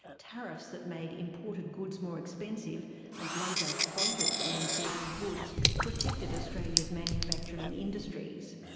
tariffs that made imported goods more expensive and later, quotas on imported goods protected australia's manufacturing industries.